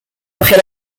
après